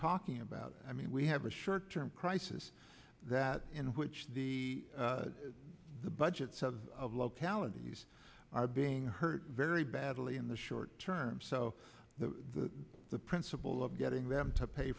talking about i mean we have a short term crisis that in which the budgets of localities are being hurt very badly in the short term so the the principle of getting them to pay